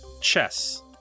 Chess